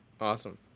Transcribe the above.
Awesome